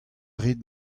rit